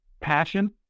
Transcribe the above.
passion